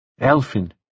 elfin